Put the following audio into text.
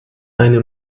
eine